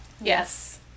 Yes